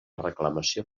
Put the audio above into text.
reclamació